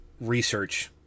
research